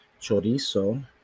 chorizo